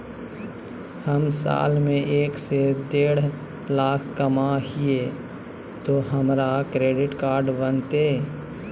हम साल में एक से देढ लाख कमा हिये तो हमरा क्रेडिट कार्ड बनते?